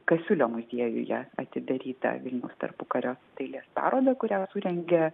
kasiulio muziejuje atidarytą vilniaus tarpukario dailės parodą kurią surengė